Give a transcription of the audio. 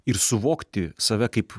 ir suvokti save kaip